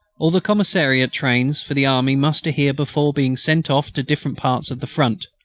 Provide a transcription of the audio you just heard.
all the commissariat trains for the army muster here before being sent off to different parts of the front.